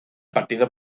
partido